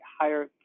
higher